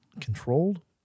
controlled